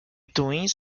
twins